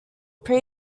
pre